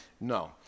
No